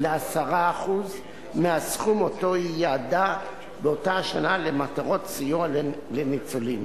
ל-10% מהסכום שאותו היא ייעדה באותה השנה למטרות סיוע לניצולים.